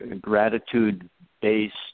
gratitude-based